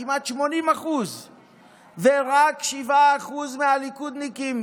כמעט 80%. ורק 7% מהליכודניקים,